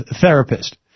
therapist